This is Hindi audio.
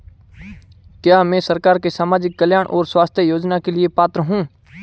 क्या मैं सरकार के सामाजिक कल्याण और स्वास्थ्य योजना के लिए पात्र हूं?